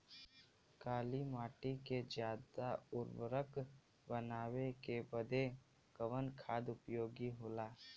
काली माटी के ज्यादा उर्वरक बनावे के बदे कवन खाद उपयोगी होला?